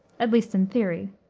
at least in theory.